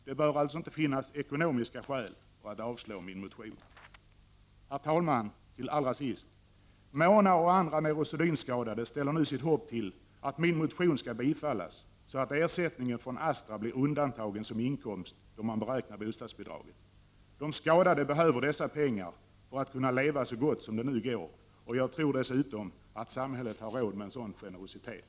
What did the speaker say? Det bör alltså inte finnas ekonomiska skäl för att avslå motionen. Herr talman! Till allra sist: Mona och andra neurosedynskadade ställer nu sitt hopp till att min motion skall bifallas, så att ersättningen från Astra blir undantagen som inkomst då man beräknar bostadsbidraget. De skadade behöver dessa pengar för att kunna leva så gott som det nu går. Jag tror dessutom att samhället har råd med en sådan generositet.